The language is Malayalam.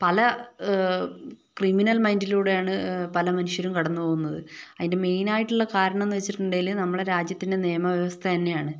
പല ക്രിമിനൽ മൈൻഡിലൂടെയാണ് പല മനുഷ്യരും കടന്ന് പോവുന്നത് അതിൻ്റെ മെയിൻ ആയിട്ടുള്ള കാരണം എന്താന്ന് വെച്ചിട്ടുണ്ടെങ്കില് നമ്മളെ രാജ്യത്തിൻ്റെ നിയമവ്യവസ്ഥ തന്നെയാണ്